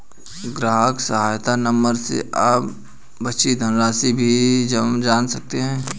ग्राहक सहायता नंबर से आप बची धनराशि भी जान सकते हैं